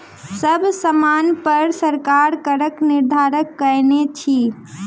सब सामानपर सरकार करक निर्धारण कयने अछि